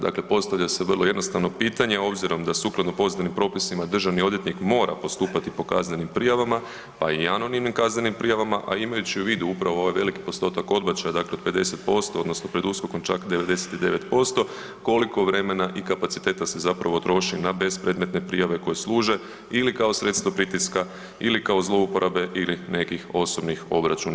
Dakle postavlja se vrlo jednostavno pitanje obzirom da sukladno pozitivnim propisima državni odvjetnik mora postupati po kaznenim prijavama pa i anonimnim kaznenim prijavama a imajući u vidu upravo ovaj veliki postotak odbačaja, dakle 50% odnosno pred USKOK-om čak 99%, koliko vremena i kapaciteta se zapravo troši na bespredmetne prijave koje služe ili kao sredstva pritiska ili kao zlouporabe ili nekih osobnih obračuna.